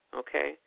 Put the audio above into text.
okay